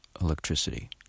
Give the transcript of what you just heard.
electricity